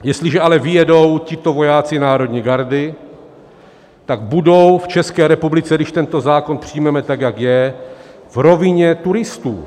Jestliže ale vyjedou tito vojáci národní gardy, tak budou v České republice, když tento zákon přijmeme tak, jak je, v rovině turistů.